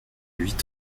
huit